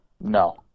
no